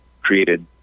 created